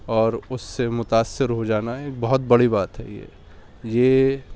اور اس سے متأثر ہو جانا ایک بہت بڑی بات ہے یہ یہ